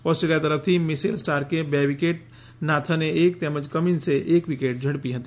Australia તરફથી Mitchell સ્ટાર્કે બે વિકેટ અને નાથને એક અને કમિન્સે એક વિકેટ ઝડપી હતી